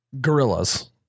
Gorillas